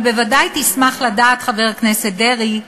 אבל ודאי תשמח לדעת, חבר הכנסת דרעי,